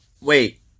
Wait